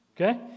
okay